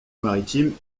maritime